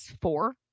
four